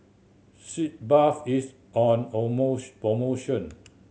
Sitz Bath is on promotion